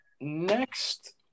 Next